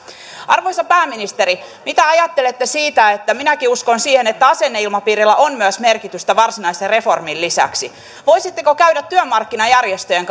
arvoisa pääministeri mitä ajattelette siitä että minäkin uskon siihen että myös asenneilmapiirillä on merkitystä varsinaisen reformin lisäksi voisitteko käydä työmarkkinajärjestöjen